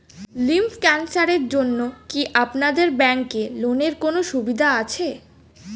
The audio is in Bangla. লিম্ফ ক্যানসারের জন্য কি আপনাদের ব্যঙ্কে লোনের কোনও সুবিধা আছে?